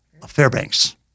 Fairbanks